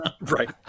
Right